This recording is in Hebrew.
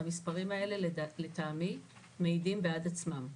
המספרים האלה לטעמי מעידים בעד עצמם.